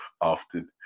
often